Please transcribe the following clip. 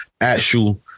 actual